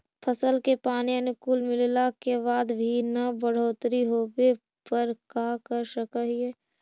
फसल के पानी अनुकुल मिलला के बाद भी न बढ़ोतरी होवे पर का कर सक हिय?